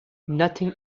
nothing